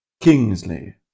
Kingsley